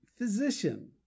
physician